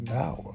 now